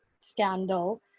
scandal